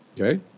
Okay